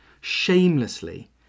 shamelessly